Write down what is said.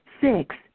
six